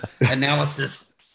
analysis